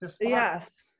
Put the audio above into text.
yes